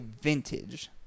vintage